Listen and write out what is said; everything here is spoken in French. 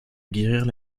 guérir